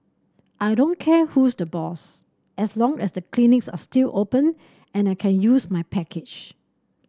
I don't care who's the boss as long as the clinics are still open and I can use my package